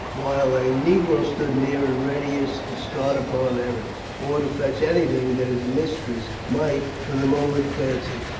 while a negro stood near in readiness to start upon errands, or to fetch anything that his mistress might for the moment fancy.